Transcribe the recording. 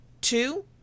Two